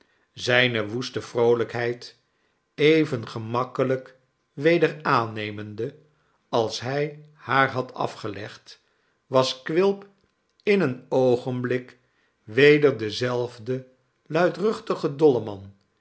zijne woeste vroolijkheid even gemakkelijkwederaannemende als hij haar had afgelegd was quilp in een oogenblik weder dezelfde luidruchtige dolleman